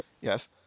Yes